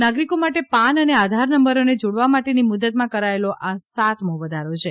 નાગરિકો માટે પાન અને આધાર નંબરોને જોડવા માટેની મુદતમાં કરાચેલો આ સાતમો વધારો છે